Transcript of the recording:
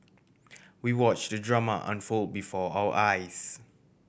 we watch the drama unfold before our eyes